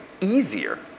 easier